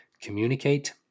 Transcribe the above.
communicate